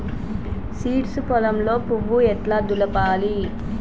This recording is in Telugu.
సీడ్స్ పొలంలో పువ్వు ఎట్లా దులపాలి?